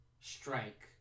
strike